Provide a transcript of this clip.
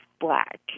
Black